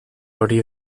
hori